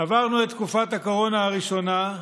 תקופת הקורונה הראשונה,